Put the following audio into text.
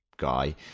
guy